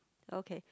okay